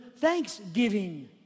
thanksgiving